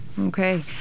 okay